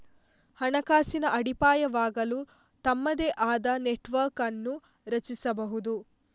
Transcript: ಹಣಕಾಸಿನ ಅಡಿಪಾಯವಾಗಲು ತಮ್ಮದೇ ಆದ ನೆಟ್ವರ್ಕ್ ಅನ್ನು ರಚಿಸಬಹುದು